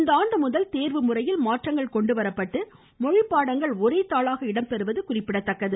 இந்த ஆண்டுமுதல் தேர்வு முறையில் மாற்றங்கள் கொண்டுவரப்பட்டு மொழிப்பாடங்கள் ஒரே தாளாக இடம்பெறுவது குறிப்பிடத்தக்கது